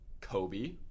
Kobe